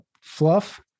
fluff